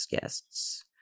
guests